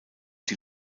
die